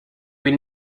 will